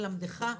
ללמדך,